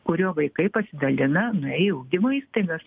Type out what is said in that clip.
kuriuo vaikai pasidalina nuėję į ugdymo įstaigas